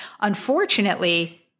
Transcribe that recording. unfortunately-